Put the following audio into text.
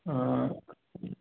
ꯑꯥ